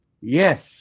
Yes